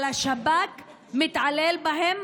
אבל השב"כ מתעלל בהם,